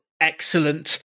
Excellent